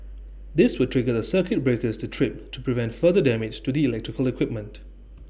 this would trigger the circuit breakers to trip to prevent further damage to the electrical equipment